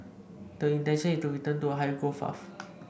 the intention is to return to a higher growth path